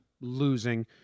losing